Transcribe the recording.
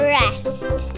rest